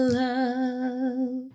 love